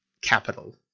capital